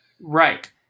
right